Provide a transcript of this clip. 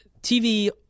TV